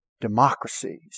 democracies